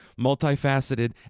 multifaceted